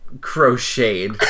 Crocheted